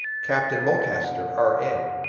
captain mulcaster, r n.